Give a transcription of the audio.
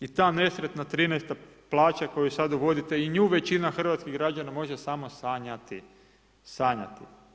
I ta nesretna 13-ta plaća koju sada uvodite i nju većina hrvatskih građana može samo sanjati.